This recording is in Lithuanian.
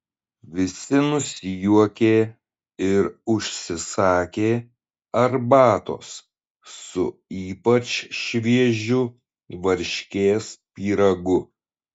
visi nusijuokė ir užsisakė arbatos su ypač šviežiu varškės pyragu